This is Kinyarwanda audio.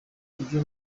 jojo